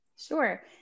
Sure